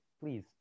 please